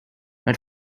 not